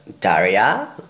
Daria